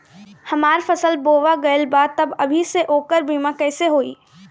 हमार फसल बोवा गएल बा तब अभी से ओकर बीमा कइसे होई?